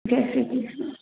Jai Shri Krishna